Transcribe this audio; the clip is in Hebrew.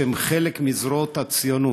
שהן חלק מזרועות הציונות,